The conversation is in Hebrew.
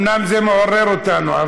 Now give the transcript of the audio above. אומנם זה מעורר אותנו,